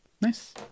nice